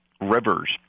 rivers